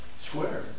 Square